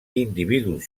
individus